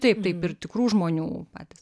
taip taip ir tikrų žmonių patys